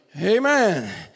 Amen